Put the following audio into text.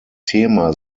thema